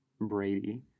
Brady